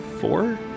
four